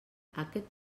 aquest